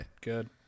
Good